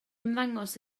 ymddangos